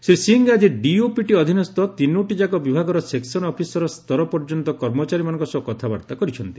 ଶ୍ରୀ ସିଂହ ଆଜି ଡିଓପିଟି ଅଧୀନସ୍ଥ ତିନୋଟିଯାକ ବିଭାଗର ସେକ୍ସନ୍ ଅଫିସର ସ୍ତର ପର୍ଯ୍ୟନ୍ତ କର୍ମଚାରୀମାନଙ୍କ ସହ କଥାବାର୍ତ୍ତା କରିଛନ୍ତି